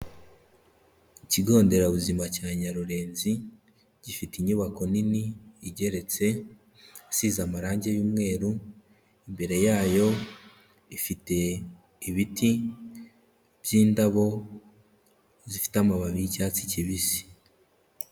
Ikigo nderabuzima cya Nyarurenzi, gifite inyubako nini, igeretse, isize amarangi y'umweru, imbere yayo ifite ibiti by'indabo zifite amababi y'icyatsi kibisi.